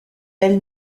elle